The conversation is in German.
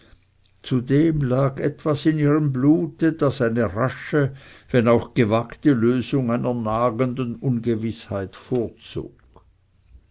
zudem lag etwas in ihrem blute das eine rasche wenn auch gewagte lösung einer nagenden ungewißheit vorzog